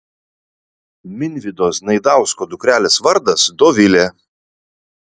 minvydo znaidausko dukrelės vardas dovilė